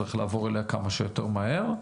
צריך לעבור אליה כמה שיותר מהר.